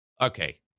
Okay